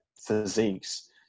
physiques